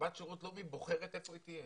שבת שירות לאומי בוחרת איפה היא תהיה.